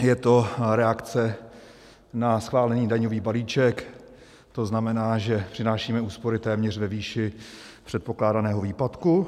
Je to reakce na schválený daňový balíček, to znamená, že přinášíme úspory téměř ve výši předpokládaného výpadku.